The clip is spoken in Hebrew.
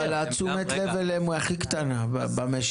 אבל תשומת הלב אליהם היא הכי קטנה במשק.